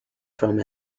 from